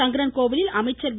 சங்கரன் கோவிலில் அமைச்சர் வி